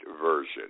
version